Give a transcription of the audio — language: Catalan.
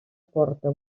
porta